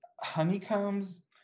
Honeycombs